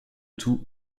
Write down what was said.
tout